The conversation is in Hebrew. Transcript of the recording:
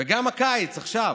גם בקיץ, עכשיו,